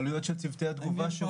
העליות של צוותי התגובה.